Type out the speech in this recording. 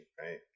Right